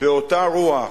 באותה רוח,